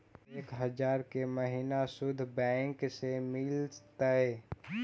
एक हजार के महिना शुद्ध बैंक से मिल तय?